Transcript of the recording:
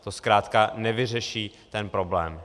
To zkrátka nevyřeší ten problém.